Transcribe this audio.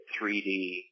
3D